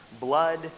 Blood